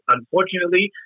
Unfortunately